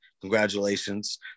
Congratulations